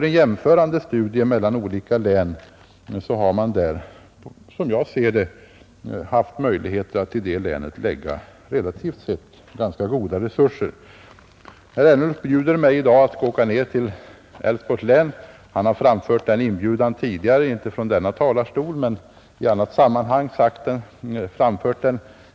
En jämförelse mellan olika län visar, som jag ser det, att Älvsborgs län har fått ganska goda resurser. Herr Ernulf bjuder mig i dag att åka ner till Älvsborgs län; han har framfört den inbjudan tidigare, inte från denna talarstol men i annat sammanhang.